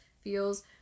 feels